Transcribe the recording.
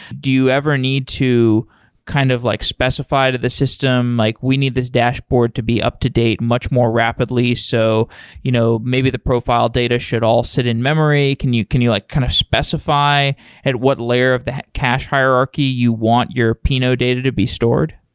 do you ever need to kind of like specify to the system like, we need this dashboard to be up-to-date much more rapidly, so you know maybe the profile data should all sit in-memory? can you can you like kind of specify at what layer of the cache hierarchy you want your pinot data to be stored?